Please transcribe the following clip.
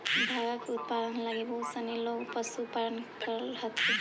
धागा के उत्पादन लगी बहुत सनी लोग पशुपालन करऽ हथिन